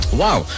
wow